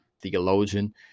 theologian